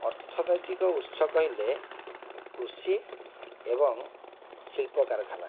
ଅର୍ଥନୈତିକ ଉତ୍ସ କହିଲେ କୃଷି ଏବଂ ଶିଳ୍ପକାରଖାନା